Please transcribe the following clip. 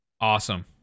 Awesome